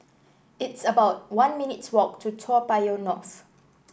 it's about one minutes' walk to Toa Payoh North